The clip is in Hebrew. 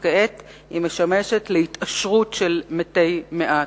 וכעת היא משמשת להתעשרות של מתי מעט.